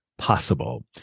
Possible